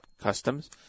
customs